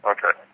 Okay